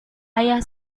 ayah